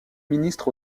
ministre